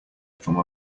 from